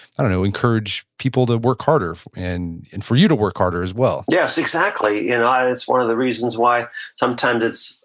i don't know, encourage people to work harder and for you to work harder as well yes, exactly. and it's one of the reasons why sometimes, it's,